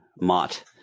Mott